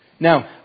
Now